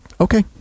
Okay